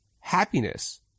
happiness